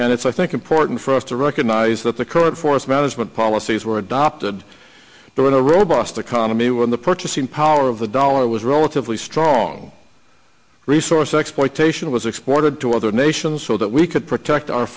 and it's i think important for us to recognize that the current forest management policies were adopted during a robust economy when the purchasing power of the dollar was relatively strong resource exploitation was exported to other nations so that we could protect our